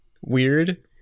Weird